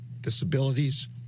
disabilities